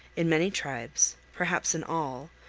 in many tribes, perhaps in all,